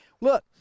Look